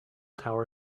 tower